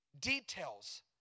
details